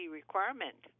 requirement